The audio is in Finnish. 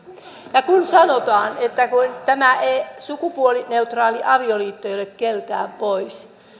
ja kun sanotaan että tämä sukupuolineutraali avioliitto ei ole keltään pois